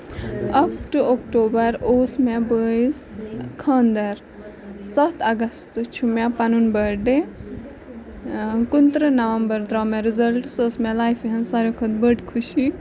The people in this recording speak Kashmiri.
اکھ ٹُو اَکتوٗبر اوس مےٚ بٲیِس خاندر سَتھ اَگست چھُ مےٚ پَنُن پٔرٕتھ ڈے کُنہٕ ترٕٛہ نَومبر درٛاو مےٚ رِزلٹ سُہ ٲسۍ مےٚ لایفہِ ہنز ساروی کھۄتہٕ بٔڑ خوشی